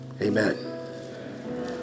amen